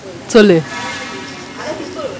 சொல்லு:sollu